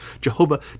Jehovah